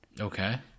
Okay